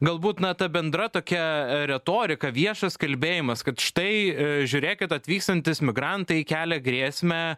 galbūt na ta bendra tokia retorika viešas kalbėjimas kad štai žiūrėkit atvykstantys migrantai kelia grėsmę